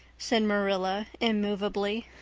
said marilla immovably.